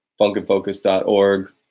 Funkin'Focus.org